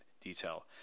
detail